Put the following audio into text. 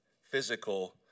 physical